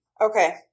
Okay